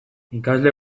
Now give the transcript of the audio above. ikasle